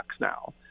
now